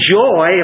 joy